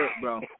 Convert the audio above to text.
bro